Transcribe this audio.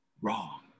wrong